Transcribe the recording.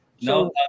No